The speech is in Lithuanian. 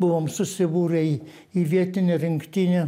buvom susibūrę į į vietinę rinktinę